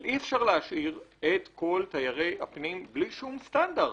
אבל אי-אפשר להשאיר את כל תיירי הפנים בלי שום סטנדרט.